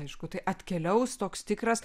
aišku tai atkeliaus toks tikras